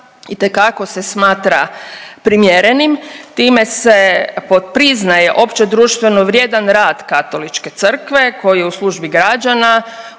itekako se smatra primjerenim. Time se priznaje opće društveno vrijedan rad Katoličke crkve koji je u službi građana,